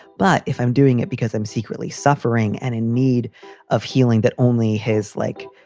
but if i'm doing it because i'm secretly suffering and in need of healing, that only has, like,